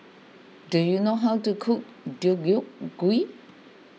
do you know how to cook Deodeok Gui